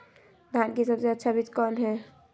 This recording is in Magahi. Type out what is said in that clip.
धान की सबसे अच्छा बीज कौन है?